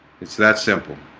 it's that simple